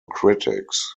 critics